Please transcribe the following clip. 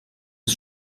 ist